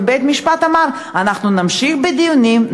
ובית-המשפט אמר: אנחנו נמשיך בדיונים,